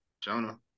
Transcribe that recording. Jonah